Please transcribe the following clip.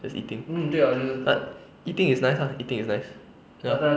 just eating like eating is nice ah eating is nice ya